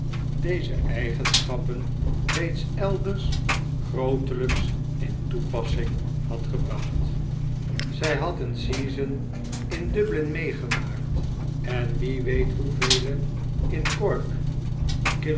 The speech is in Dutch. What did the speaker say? deze eigenschappen reeds elders grootelijks in toepassing had gebracht zij had een season in dublin meegemaakt en wie weet hoevele in cork